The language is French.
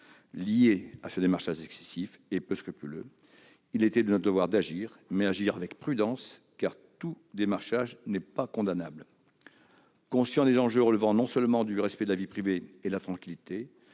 face à ce démarchage excessif et peu scrupuleux, est-il de notre devoir d'agir, mais avec prudence, car tout démarchage n'est pas condamnable ! Conscient tant des enjeux relevant du respect de la vie privée et de la tranquillité